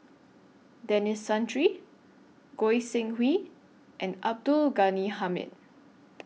Denis Santry Goi Seng Hui and Abdul Ghani Hamid